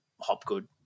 Hopgood